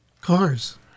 cars